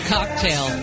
Cocktail